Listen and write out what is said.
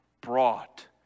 brought